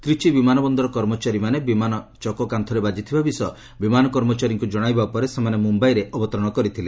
ତ୍ରିଚି ବିମାନବନ୍ଦର କର୍ମଚାରୀମାନେ ବିମାନ ଚକ କାନ୍ଥରେ ବାଜିଥିବା ବିଷୟ ବିମାନ କର୍ମଚାରୀମାନଙ୍କୁ ଜଣାଇବା ପରେ ସେମାନେ ମୁମ୍ୟାଇରେ ଅବତରଣ କରିଥିଲେ